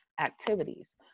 activities